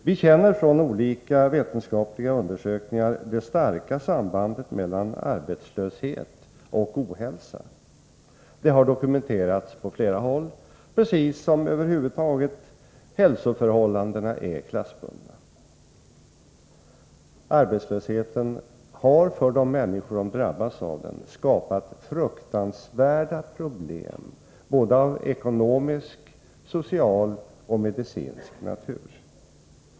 Vi känner från olika vetenskapliga undersökningar till det starka sambandet mellan arbetslöshet och ohälsa. Det har dokumenterats på flera håll, precis som hälsoförhållanden över huvud taget är klassbundna. Arbetslöshet har, för de människor som drabbas av den, skapat fruktansvärda problem av både ekonomisk, social och medicinsk natur.